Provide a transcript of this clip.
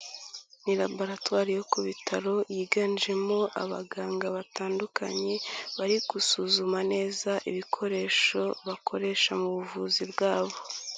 Ni laboratwari yo ku bitaro yiganjemo abaganga batandukanye, bari gusuzuma neza ibikoresho bakoresha mu buvuzi bwabo.